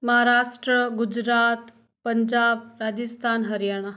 Maharashtra Gujarat Punjab Rajasthan Haryana